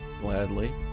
gladly